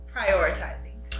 Prioritizing